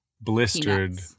Blistered